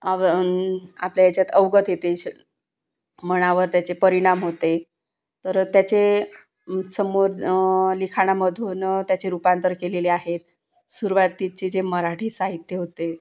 अग आपल्या याच्यात अवगत येते श मनावर त्याचे परिणाम होते तर त्याचे समोर लिखाणामधून त्याचे रूपांतर केलेले आहेत सुरुवातीचे जे मराठी साहित्य होते